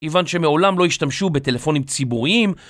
מכיוון שמעולם לא השתמשו בטלפונים ציבוריים